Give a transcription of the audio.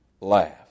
laugh